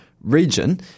region